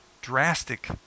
drastic